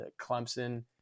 clemson